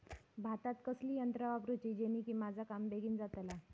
भातात कसली यांत्रा वापरुची जेनेकी माझा काम बेगीन जातला?